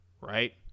Right